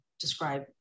describe